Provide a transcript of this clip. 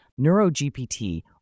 NeuroGPT